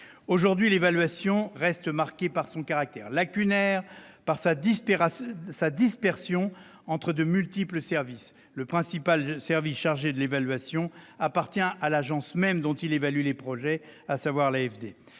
Aujourd'hui, l'évaluation reste marquée par son caractère lacunaire, par sa dispersion entre de multiples services- le principal appartenant à l'agence même dont il évalue les projets, à savoir l'AFD